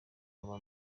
aba